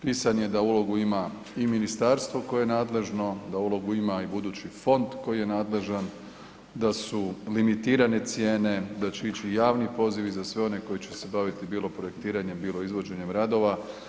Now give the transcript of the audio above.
Pisan je da ulogu ima i ministarstvo koje je nadležno, da ulogu ima i budući fond koji je nadležan, da su limitirane cijene, da će ići u javni poziv i za sve one koji će se baviti, bilo projektiranjem, bilo izvođenjem radova.